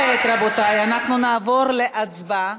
כעת, רבותי, אנחנו נעבור להצבעה.